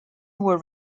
were